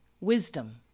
wisdom